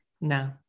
no